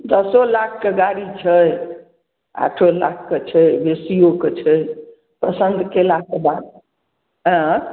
दशो लाख के गाड़ी छै आठो लाख के छै बेसिओके छै पसन्द कयलाके बाद ने अएँ